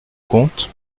compte